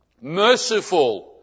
merciful